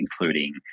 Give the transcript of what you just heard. including